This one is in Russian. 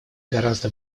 гораздо